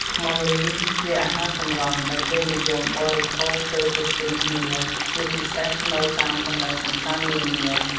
ខ្មុលលីងជាអាហារសម្រន់ដែលគេនិយមបរិភោគពេលជួបជុំគ្នា ជាពិសេសនៅតាមកន្លែងកំសាន្តនានា។